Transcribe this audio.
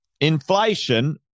inflation